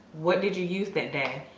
what did you use that day?